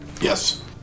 Yes